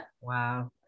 wow